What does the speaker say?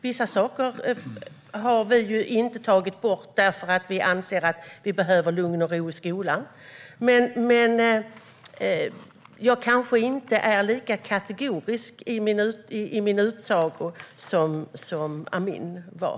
Vissa saker har vi inte tagit bort därför att vi anser att vi behöver lugn och ro i skolan. Men jag kanske inte är lika kategorisk i min utsago som Amin var.